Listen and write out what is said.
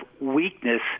weakness